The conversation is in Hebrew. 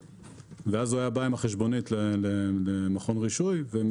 ואז הוא היה בא עם החשבונית למכון רישוי והיו